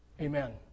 Amen